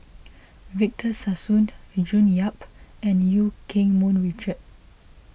Victor Sassoon June Yap and Eu Keng Mun Richard